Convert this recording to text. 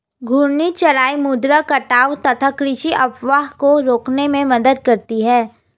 घूर्णी चराई मृदा कटाव तथा कृषि अपवाह को रोकने में मदद करती है